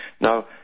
Now